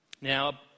Now